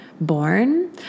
born